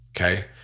Okay